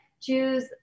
choose